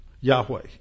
Yahweh